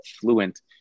fluent